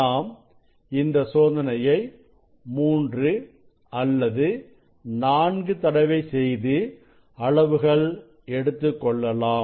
நாம் இந்த சோதனையை 3 அல்லது 4 தடவை செய்து அளவுகள் எடுத்துக்கொள்ளலாம்